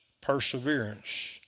perseverance